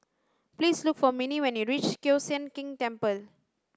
please look for Minnie when you reach Kiew Sian King Temple